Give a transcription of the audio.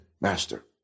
master